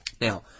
Now